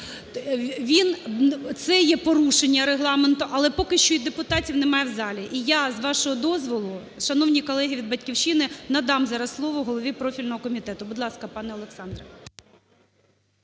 Це є порушення Регламенту, але поки що і депутатів немає в залі. І я з вашого дозволу, шановні колеги від "Батьківщини", надам зараз слово голові профільного комітету. Будь ласка, пане Олександре.